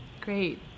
Great